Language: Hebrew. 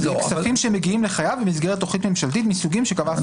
אלה כספים שמגיעים לחייב במסגרת תכנית ממשלתית מסוגים שקבע השר.